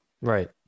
Right